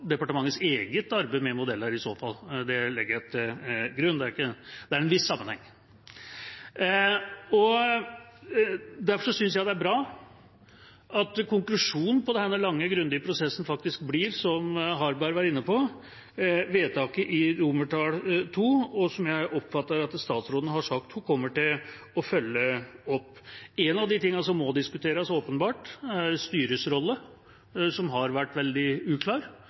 departementets eget arbeid med modeller – jeg legger til grunn at det er en viss sammenheng. Derfor synes jeg det er bra at konklusjonen på denne lange, grundige prosessen faktisk blir, som representanten Harberg var inne på, vedtaket i II, som jeg oppfatter at statsråden har sagt hun kommer til å følge opp. En av de tingene som åpenbart må diskuteres, er styrets rolle, som har vært veldig uklar,